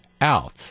out